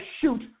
shoot